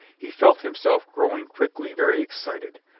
he felt himself growing quickly very excited.